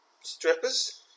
strippers